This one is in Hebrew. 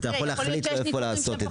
אתה יכול להחליט איפה לעשות את זה.